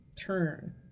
turn